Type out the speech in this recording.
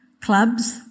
clubs